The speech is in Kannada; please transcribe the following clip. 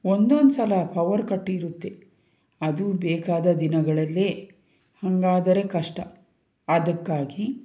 ಒಂದೊಂದ್ಸಲ ಪವರ್ ಕಟ್ ಇರುತ್ತೆ ಅದೂ ಬೇಕಾದ ದಿನಗಳಲ್ಲೇ ಹಾಗಾದರೆ ಕಷ್ಟ ಅದಕ್ಕಾಗಿ